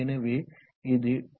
எனவே இது டி